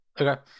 Okay